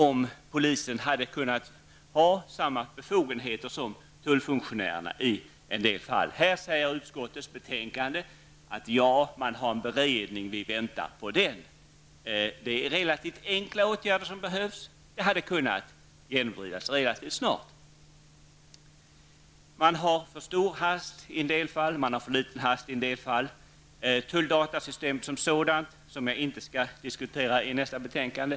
Polisen skulle i en del fall ha kunnat ha samma befogenheter som tullfunktionärerna. I utskottets betänkande framhålls att det tillsatts en beredning, vars resultat man väntar på. Det är relativt enkla åtgärder som behövs, och de hade kunnat genomdrivas relativt snart. Det är för stor hast i en del fall, och det är för liten hast i en del fall. Jag skall inte ta upp någon diskussion om tulldatasystemet, som behandlas i nästa betänkande.